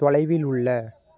தொலைவில் உள்ள